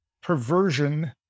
perversion